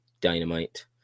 Dynamite